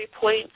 point